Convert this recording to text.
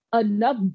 enough